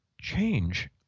change